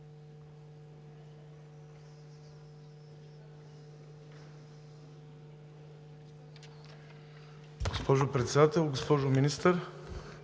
Госпожо Председател, госпожо Министър!